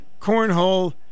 Cornhole